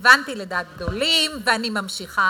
גברתי השרה, אם נגיד הם יתפרקו, הממשלה,